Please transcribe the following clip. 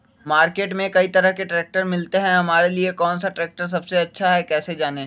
Market में कई तरह के ट्रैक्टर मिलते हैं हमारे लिए कौन सा ट्रैक्टर सबसे अच्छा है कैसे जाने?